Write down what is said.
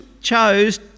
chose